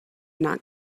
not